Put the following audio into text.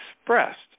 expressed